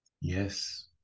yes